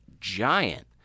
giant